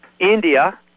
India